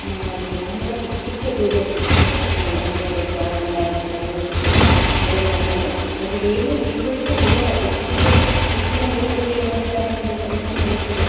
ಮದುವೆ ತುಂಬ ಚಿಕ್ಕ ಚಿಕ್ಕ ಎಜಲ್ಲಿ ಹದ್ನೈ ಹದ್ನೈದು ವರ್ಷ ಹದಿನಾರು ವರ್ಷ ಹದಿನೇಳು ವರ್ಷಕ್ಕೆಲ್ಲ ಮದುವೆ ಮಾಡಿಕೊಂಡು ಅವರಿಗೇನು ತಿಳುವಳಿಕೆಯೇ ಇರಲ್ಲ ಗೊತಿಲ್ಲದೇ ಪ್ರಪಂಚವೇ ಗೊತ್ತಿಲ್ಲದಿರುವಂಥ ಒಂದು ಪರಿಸ್ಥಿತಿ ಇರುತ್ತೆ